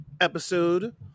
episode